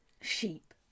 Sheep